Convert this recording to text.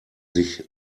sich